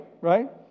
Right